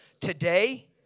today